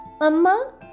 Amma